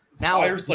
now